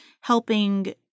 helping